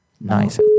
Nice